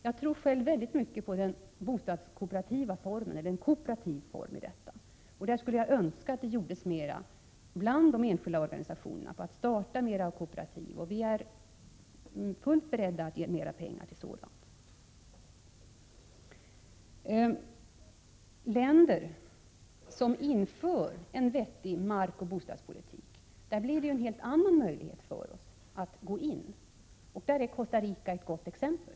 Jag tror själv på den kooperativa formen i detta sammanhang. Jag skulle önska att det gjordes mer bland de enskilda organisationerna för att starta fler kooperativ. Vi är fullt beredda att ge mer pengar till sådant. Vi har en helt annan möjlighet i länder som för en vettig markoch bostadspolitik. Costa Rica är ett gott exempel.